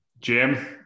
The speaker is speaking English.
Jim